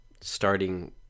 starting